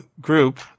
group